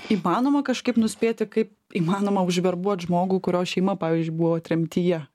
įmanoma kažkaip nuspėti kaip įmanoma užverbuot žmogų kurio šeima pavyzdžiui buvo tremtyje